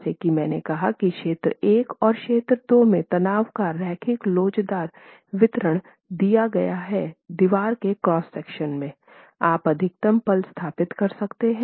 जैसा कि मैंने कहा कि क्षेत्र 1 और क्षेत्र 2 में तनावों का रैखिक लोचदार वितरण दिया गया है दीवार के क्रॉस सेक्शन में आप अधिकतम पल स्थापित कर सकते हैं